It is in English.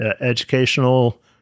educational